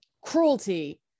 cruelty